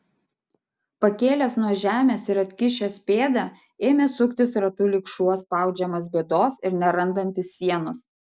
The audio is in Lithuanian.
pakėlęs nuo žemės ir atkišęs pėdą ėmė suktis ratu lyg šuo spaudžiamas bėdos ir nerandantis sienos